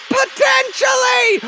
potentially